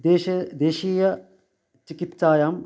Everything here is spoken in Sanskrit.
देश देशीयचिकित्सायां